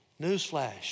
Newsflash